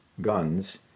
guns